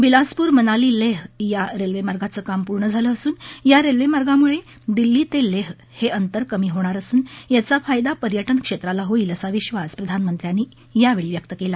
बिलासपूर मनाली लेह या रेल्वेमार्गाचं काम पूर्ण झालं असून या रेल्वेमार्गामुळे दिल्ली ते लेह हे अंतर कमी होणार असून याचा फायदा पर्यटन क्षेत्राला होईल असा विबास प्रधानमंत्र्यांनी यावेळी बोलताना व्यक्त केला